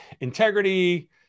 integrity